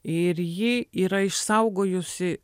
ir ji yra išsaugojusi